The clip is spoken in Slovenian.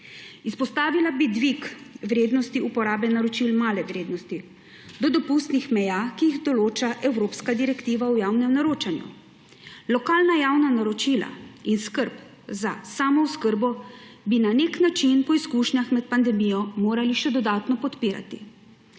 Izpostavila bi dvig vrednosti uporabe naročil male vrednosti do dopustnih meja, ki jih določa evropska direktiva o javnem naročanju. Lokalna javna naročila in skrb za samooskrbo bi na neknačin po izkušnjah med pandemijo morali še dodatno podpirati.